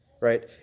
right